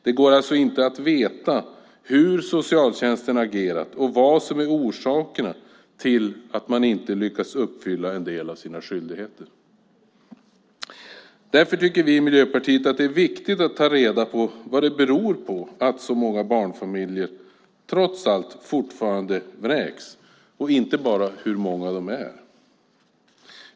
Det går alltså inte att veta hur socialtjänsten har agerat och vad som är orsakerna till att man inte har lyckats uppfylla en del av sina skyldigheter. Därför tycker vi i Miljöpartiet att det är viktigt att ta reda på vad det beror på att så många barnfamiljer trots allt fortfarande vräks och inte bara hur många de är.